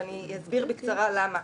ואני אסביר בקצרה למה.